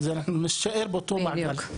אנחנו נישאר באותו מעגל.